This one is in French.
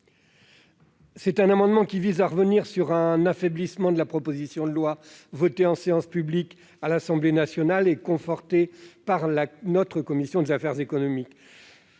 Cet amendement vise à revenir sur un affaiblissement de la proposition de loi voté en séance publique par l'Assemblée nationale et conforté par notre commission des affaires économiques.